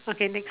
okay next